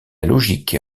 logique